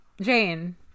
Jane